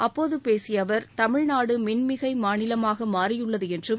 அப்போது பேசிய அவர் தமிழ்நாடு மின்மிகை மாநிலமாக மாறியுள்ளது என்றும்